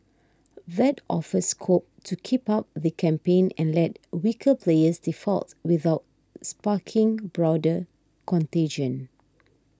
that offers scope to keep up the campaign and let weaker players default without sparking broader contagion